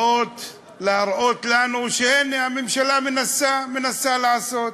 שבאות להראות לנו שהנה, הממשלה מנסה לעשות.